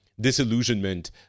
disillusionment